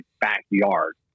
backyard